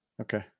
Okay